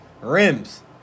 rims